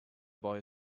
boy